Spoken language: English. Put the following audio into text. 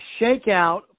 shakeout